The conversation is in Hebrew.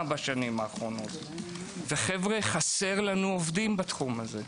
בשנים האחרונות וחסר לנו עובדים בתחום הזה.